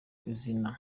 izina